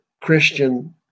Christian